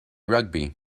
rugby